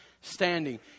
standing